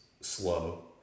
slow